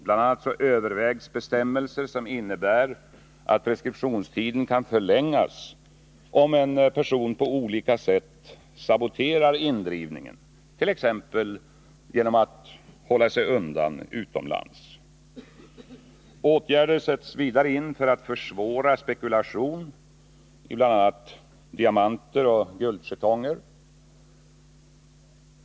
Bl. a. övervägs bestämmelser som innebär att preskriptionstiden kan förlängas, om en person på olika sätt saboterar indrivningen, t.ex. genom att hålla sig undan utomlands. Åtgärder sätts vidare in för att försvåra spekulation i bl.a. diamanter och guldjetonger.